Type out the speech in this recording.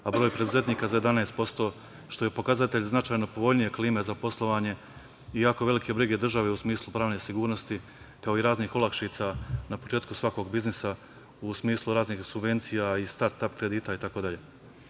a broj preduzetnika za 11%, što je pokazatelj značajno povoljnije klime za poslovanje i jako velike brige države u smislu pravne sigurnosti, kao i raznih olakšica na početku svakog biznisa u smislu raznih subvencija i start-ap kredita itd. Po